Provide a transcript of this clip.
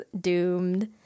doomed